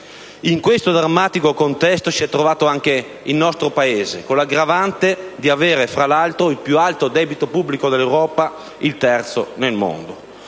In questo drammatico contesto si è trovato anche il nostro Paese, con l'aggravante di avere fra l'altro il più alto debito pubblico d'Europa, il terzo nel mondo.